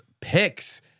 picks